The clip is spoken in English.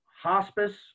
hospice